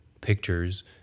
pictures